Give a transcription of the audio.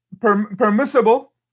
permissible